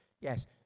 yes